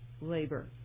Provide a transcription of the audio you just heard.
labor